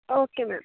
okay ma'am